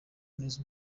neza